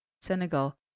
Senegal